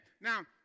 Now